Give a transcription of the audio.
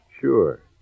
Sure